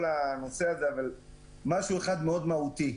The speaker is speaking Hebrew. הנושא הזה אבל יש משהו אחד מאוד מהותי.